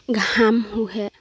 ঘাম শুহে